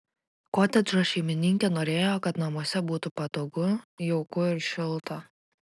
kotedžo šeimininkė norėjo kad namuose būtų patogu jauku ir šilta